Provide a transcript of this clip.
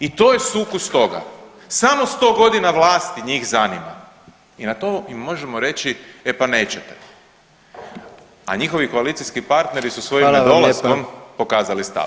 I to je sukus toga, samo 100 godina vlasti njih zanima i na to im možemo reći, e pa nećete, a njihovi koalicijski partneri su svojim nedolaskom [[Upadica: Hvala vam lijepa.]] pokazali stav.